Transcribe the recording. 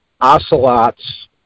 ocelots